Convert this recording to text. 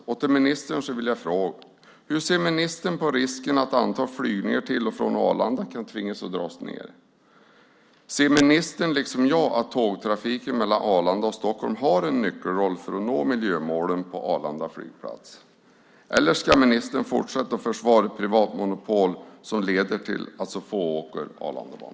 Jag vill fråga ministern: Hur ser ministern på risken att man kan tvingas dra ned på antalet flygningar till och från Arlanda? Ser ministern liksom jag att tågtrafiken mellan Arlanda och Stockholm har en nyckelroll för att nå miljömålen på Arlanda flygplats, eller ska ministern fortsätta försvara ett privatmonopol som leder till att så få åker med Arlandabanan?